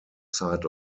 side